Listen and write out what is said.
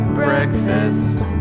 breakfast